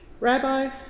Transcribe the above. Rabbi